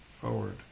forward